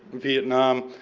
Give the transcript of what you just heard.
vietnam,